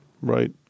Right